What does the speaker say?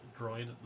droid